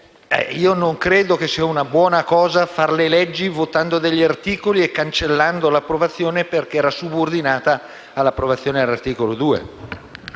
Io non credo sia una buona cosa varare le leggi votando degli articoli e cancellandone l'approvazione perché era subordinata all'approvazione dell'articolo 2.